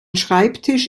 schreibtisch